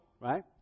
right